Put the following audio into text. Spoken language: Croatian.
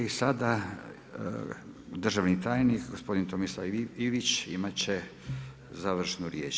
I sada državni tajnik gospodin Tomislav Ivić imat će završnu riječ.